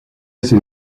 ces